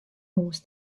hús